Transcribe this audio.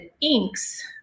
inks